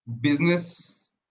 Business